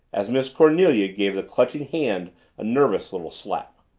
as miss cornelia gave the clutching hand a nervous little slap.